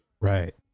right